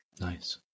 nice